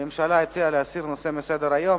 הממשלה הציעה להסיר את הנושא מסדר-היום.